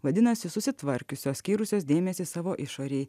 vadinasi susitvarkiusios skyrusios dėmesį savo išorėje